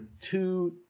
two